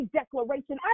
declaration